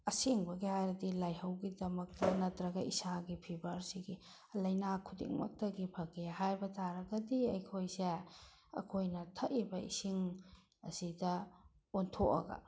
ꯑꯁꯦꯡꯕꯒꯤ ꯍꯥꯏꯔꯗꯤ ꯂꯥꯏꯍꯧꯒꯤꯗꯃꯛꯇ ꯅꯠꯇ꯭ꯔꯒ ꯏꯁꯥꯒꯤ ꯐꯤꯕꯔꯁꯤꯒꯤ ꯂꯩꯅꯥ ꯈꯨꯗꯤꯡꯃꯛꯇꯒꯤ ꯐꯒꯦ ꯍꯥꯏꯕ ꯇꯥꯔꯒꯗꯤ ꯑꯩꯈꯣꯏꯁꯦ ꯑꯩꯈꯣꯏꯅ ꯊꯛꯏꯕ ꯏꯁꯤꯡ ꯑꯁꯤꯗ ꯑꯣꯟꯊꯣꯛꯑꯒ